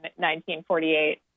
1948